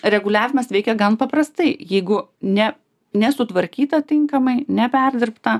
reguliavimas veikia gan paprastai jeigu ne nesutvarkyta tinkamai neperdirbta